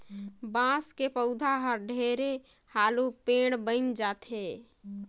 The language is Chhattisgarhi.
बांस के पउधा हर ढेरे हालू पेड़ बइन जाथे